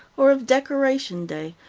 or of decoration day,